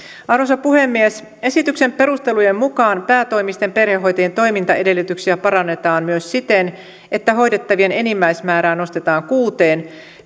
arvoisa puhemies esityksen perustelujen mukaan päätoimisten perhehoitajien toimintaedellytyksiä parannetaan myös siten että hoidettavien enimmäismäärä nostetaan kuuteen